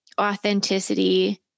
authenticity